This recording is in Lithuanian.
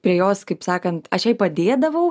prie jos kaip sakant aš jai padėdavau